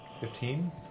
Fifteen